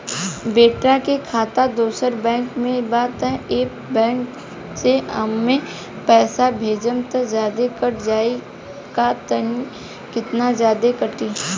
बेटा के खाता दोसर बैंक में बा त ए बैंक से ओमे पैसा भेजम त जादे कट जायी का त केतना जादे कटी?